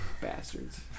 Bastards